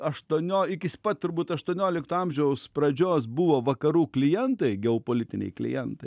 aštuonio iki spat turbūt aštuoniolikto amžiaus pradžios buvo vakarų klientai geopolitiniai klientai